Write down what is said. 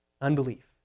Unbelief